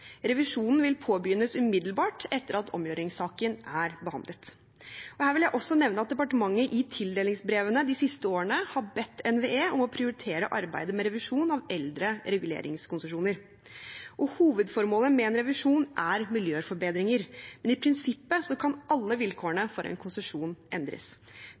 Revisjonen vil påbegynnes umiddelbart etter at omgjøringssaken er behandlet. Her vil jeg også nevne at departementet i tildelingsbrevene de siste årene har bedt NVE om å prioritere arbeidet med revisjon av eldre reguleringskonsesjoner. Hovedformålet med en revisjon er miljøforbedringer, men i prinsippet kan alle vilkårene for en konsesjon endres.